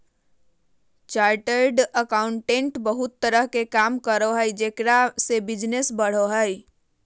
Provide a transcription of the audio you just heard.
chartered accountant बहुत तरह के काम करो हइ जेकरा से बिजनस बढ़ो हइ